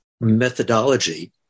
methodology